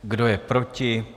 Kdo je proti?